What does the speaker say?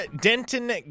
Denton